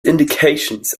indications